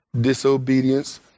Disobedience